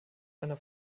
einer